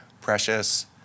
Precious